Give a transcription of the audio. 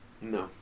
No